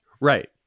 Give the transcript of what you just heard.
Right